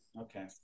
Okay